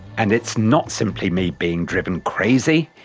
and it's not simply me being driven crazy?